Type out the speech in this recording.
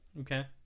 Okay